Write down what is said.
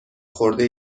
خورده